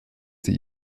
sie